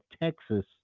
Texas